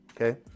okay